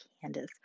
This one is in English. candace